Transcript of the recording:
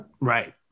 right